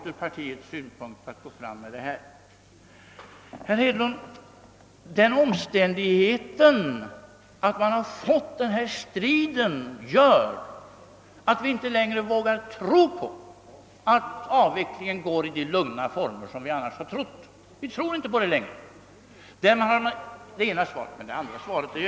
Jag förstår inte att ni skall ha så svårt att inse att det är på detta sätt.